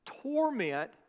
Torment